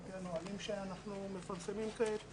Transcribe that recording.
על פי הנהלים הנוספים שאנחנו מפרסמים כעת